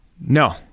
No